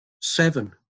seven